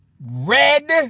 red